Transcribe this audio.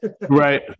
Right